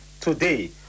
today